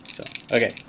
Okay